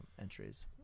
Entries